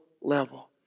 level